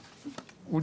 הבריאות.